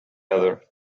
other